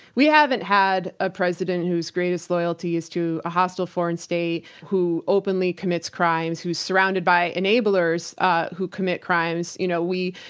we haven't had a president whose greatest loyalty is to a hostile foreign state, state, who openly commits crimes, who's surrounded by enablers who commit crimes. you know, we,